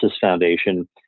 Foundation